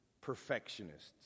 perfectionists